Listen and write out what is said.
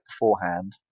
beforehand